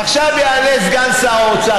עכשיו יעלה סגן שר האוצר,